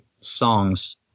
songs